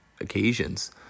occasions